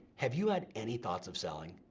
have you had any thoughts of selling?